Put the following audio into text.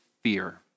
fear